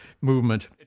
movement